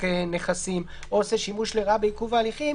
נכסים או עושה שימוש לרעה בעיכוב ההליכים.